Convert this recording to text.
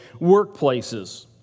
workplaces